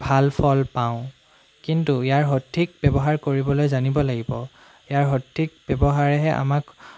ভাল ফল পাওঁ কিন্তু ইয়াৰ সঠিক ব্যৱহাৰ কৰিবলৈ জানিব লাগিব ইয়াৰ সঠিক ব্যৱহাৰেহে আমাক